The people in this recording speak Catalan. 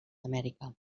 amèrica